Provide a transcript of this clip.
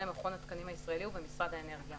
מכון התקנים הישראלי ובמשרד האנרגיה,